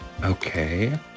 Okay